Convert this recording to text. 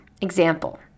Example